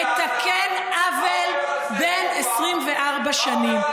שמתקן עוול בן 24 שנים,